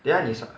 等下你